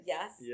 Yes